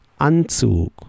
Anzug